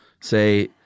say